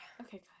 Okay